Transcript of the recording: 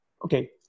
Okay